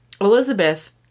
Elizabeth